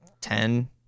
Ten